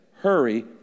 Hurry